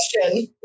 question